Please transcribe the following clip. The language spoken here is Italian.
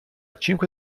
cinque